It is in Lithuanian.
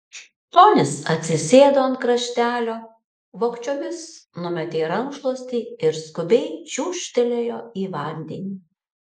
tonis atsisėdo ant kraštelio vogčiomis numetė rankšluostį ir skubiai čiūžtelėjo į vandenį